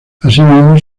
asimismo